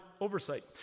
oversight